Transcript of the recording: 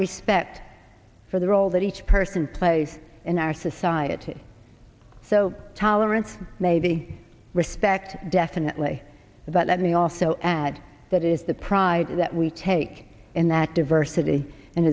respect for the role that each person place in our society so tolerance maybe respect definitely but let me also add that is the pride that we take in that diversity and